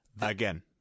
Again